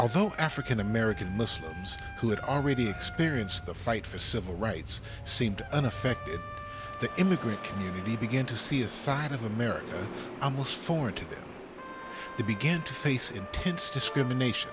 although african american muslims who had already experienced the fight for civil rights seemed unaffected the immigrant community begin to see a side of america and was foreign to them they began to face intense discrimination